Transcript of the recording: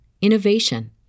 innovation